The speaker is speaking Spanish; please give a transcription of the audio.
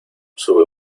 sube